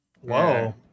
Whoa